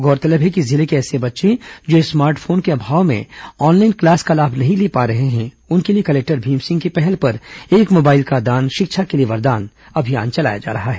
गौरतलब है कि जिले के ऐसे बच्चे जो स्मार्ट फोन के अभाव में ऑनलाइन क्लास का लाभ नहीं ले पा रहे हैं उनके लिए कलेक्टर भीम सिंह की पहल पर एक मोबाइल का दान शिक्षा के लिए वरदान अभियान चलाया जा रहा है